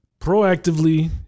proactively